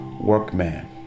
workman